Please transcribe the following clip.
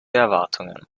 erwartungen